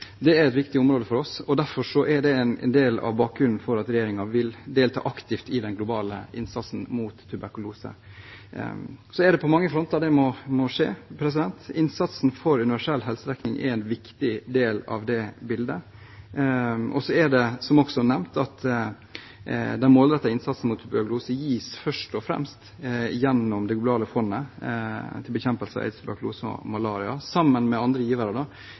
Dette er et viktig område for oss, derfor er det en del av bakgrunnen for at regjeringen vil delta aktivt i den globale innsatsen mot tuberkulose. Det må skje på mange fronter. Innsatsen for universell helsedekning er en viktig del av det bildet. Som også nevnt: Den målrettede innsatsen mot tuberkulose gis først og fremst gjennom Det globale fondet for bekjempelse av aids, tuberkulose og malaria. Sammen med andre givere